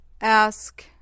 Ask